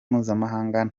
mpuzamahanga